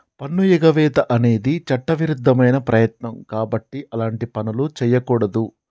పన్నుఎగవేత అనేది చట్టవిరుద్ధమైన ప్రయత్నం కాబట్టి అలాంటి పనులు చెయ్యకూడదు